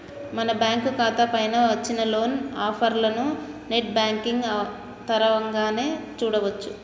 మన బ్యాంకు ఖాతా పైన వచ్చిన లోన్ ఆఫర్లను నెట్ బ్యాంకింగ్ తరవంగానే చూడొచ్చు